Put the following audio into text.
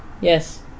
Yes